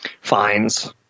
Fines